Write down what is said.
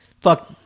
Fuck